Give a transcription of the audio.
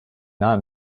not